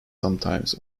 sometimes